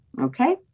Okay